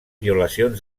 violacions